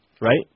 Right